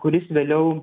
kuris vėliau